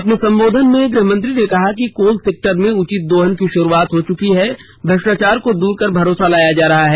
अपने संबोधन में गृह मंत्री ने कहा कि कोल सेक्टर में उचित दोहन की शुरूआत हो चुकी है भ्रष्टाचार को दूर कर भरोसा लाया जा रहा है